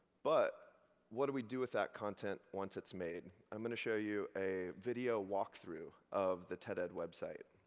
but what do we do with that content once it's made? i'm going to show you a video walk-through of the ted-ed website.